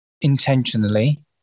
intentionally